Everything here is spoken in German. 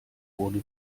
wurde